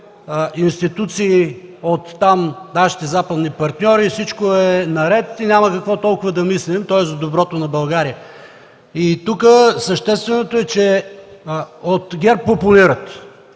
институции оттам, от нашите западни партньори, всичко е наред и няма какво толкова да мислим – то е за доброто на България. Тук същественото е, че от ГЕРБ опонират